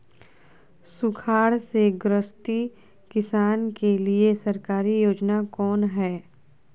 सुखाड़ से ग्रसित किसान के लिए सरकारी योजना कौन हय?